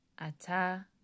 Ata